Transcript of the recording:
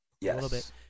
Yes